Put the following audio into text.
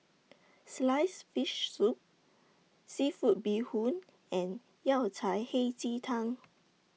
Sliced Fish Soup Seafood Bee Hoon and Yao Cai Hei Ji Tang